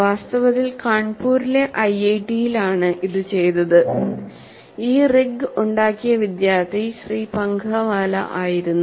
വാസ്തവത്തിൽ കാൺപൂരിലെ ഐഐടിയിലാണ് ഇത് ചെയ്തത് ഈ റിഗ് ഉണ്ടാക്കിയ വിദ്യാർത്ഥി ശ്രീ പാംഖാവാല ആയിരുന്നു